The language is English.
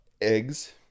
eggs